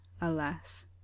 alas